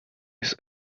his